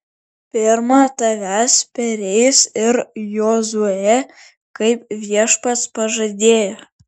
pirma tavęs pereis ir jozuė kaip viešpats pažadėjo